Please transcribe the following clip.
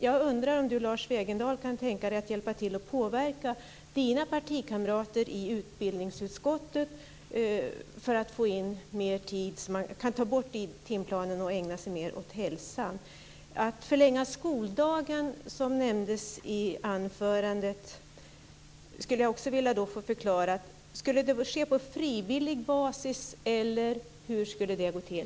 Jag undrar om Lars Wegendal kan hjälpa till att påverka sina partikamrater i utbildningsutskottet för att få bort timplanen så att man ägna sig mer åt hälsan. Detta med att förlänga skoldagen, som nämndes i anförandet, skulle jag vilja få förklarat. Ska det ske på frivillig basis eller hur ska det gå till?